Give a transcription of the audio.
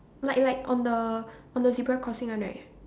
like like on the on the zebra crossing one right